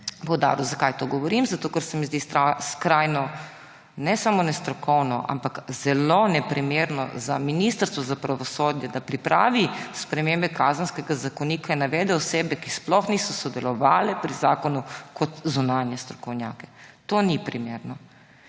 Zakaj to govorim? Zato ker se mi zdi ne samo skrajno nestrokovno, ampak tudi zelo neprimerno za Ministrstvo za pravosodje, da pripravi spremembe Kazenskega zakonika in navede osebe, ki sploh niso sodelovale pri zakonu, kot zunanje strokovnjake. To ni primerno.